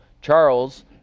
Charles